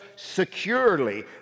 securely